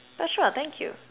but sure thank you